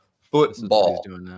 Football